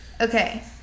Okay